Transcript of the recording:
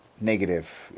Negative